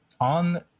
on